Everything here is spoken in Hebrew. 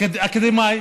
אקדמאי